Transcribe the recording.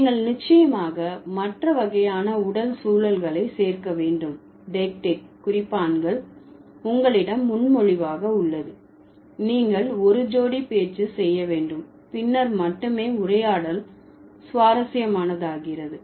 நீங்கள் நிச்சயமாக மற்ற வகையான உடல் சூழல்களை சேர்க்க வேண்டும் டெய்க்ட்டிக் குறிப்பான்கள் உங்களிடம் முன்மொழிவாக உள்ளது நீங்கள் ஒரு ஜோடி பேச்சு செய்ய வேண்டும் பின்னர் மட்டுமே உரையாடல் சுவாரஸ்யமானதாகிறது